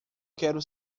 quero